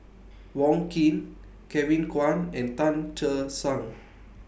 Wong Keen Kevin Kwan and Tan Che Sang